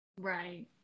Right